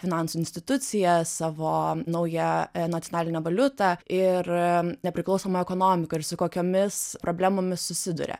finansų instituciją savo naują nacionalinę valiutą ir nepriklausomą ekonomiką ir su kokiomis problemomis susiduria